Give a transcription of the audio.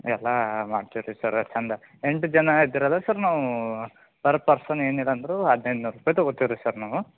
ಎಲ್ಲ ಮಾಡ್ತೀವ್ರಿ ಸರ್ ಚೆಂದ ಎಂಟು ಜನ ಇದ್ದೀರಲ್ವ ಸರ್ ನಾವು ಪರ್ ಪರ್ಸನ್ ಏನಿಲ್ಲಾಂದರೂ ಹದಿನೆಂಟು ನೂರು ರೂಪಾಯಿ ತೊಗೋತೀವ್ರಿ ಸರ್ ನಾವು